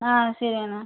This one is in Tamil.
ஆ சரிங்கண்ணா